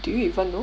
do you even know